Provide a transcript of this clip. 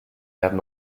werden